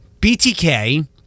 BTK